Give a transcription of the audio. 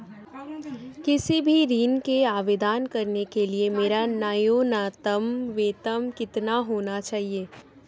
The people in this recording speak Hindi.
किसी भी ऋण के आवेदन करने के लिए मेरा न्यूनतम वेतन कितना होना चाहिए?